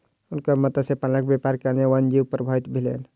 हुनकर मत्स्य पालनक व्यापारक कारणेँ वन्य जीवन प्रभावित भेलैन